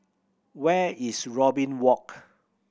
where is Robin Walk